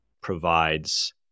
provides